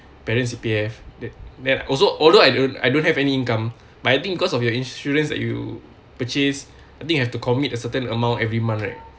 parent's C_P_F that that also although I don't I don't have any income but I think because of your insurance that you purchase I think you have to commit a certain amount every month right